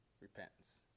repentance